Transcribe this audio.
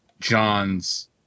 John's